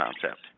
concept